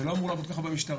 זה לא אמור לעבוד ככה במשטרה,